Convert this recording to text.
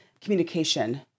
communication